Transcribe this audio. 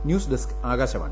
news desk Akashvani